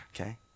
okay